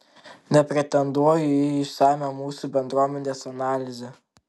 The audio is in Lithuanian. nepretenduoju į išsamią mūsų bendruomenės analizę